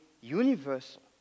universal